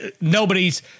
nobody's